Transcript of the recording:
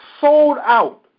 sold-out